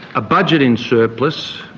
a budget in surplus,